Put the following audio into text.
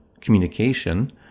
communication